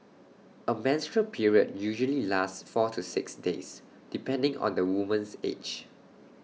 A menstrual period usually lasts four to six days depending on the woman's age